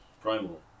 Primal